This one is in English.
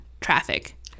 traffic